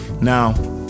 Now